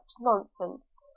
nonsense